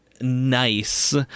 nice